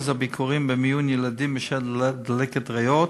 הביקורים במיון ילדים בשל דלקת ריאות,